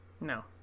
No